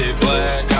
black